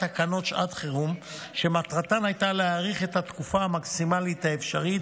תקנות שעת חירום שמטרתן הייתה להאריך את התקופה המקסימלית האפשרית